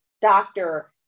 doctor